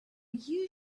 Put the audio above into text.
you